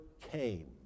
came